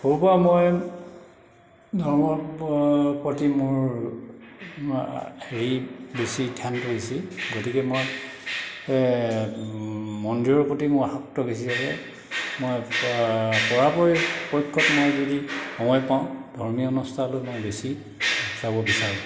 সৰুৰ পৰা মই ধৰ্মৰ প্ৰতি মোৰ হেৰি বেছি ধ্যানটো বেছি গতিকে মই মন্দিৰৰ প্ৰতি মোৰ আসক্ত বেছি আছে মই পৰাপক্ষত মই যদি সময় পাওঁ ধৰ্মীয় অনুষ্ঠানলৈ মই বেছি যাব বিচাৰোঁ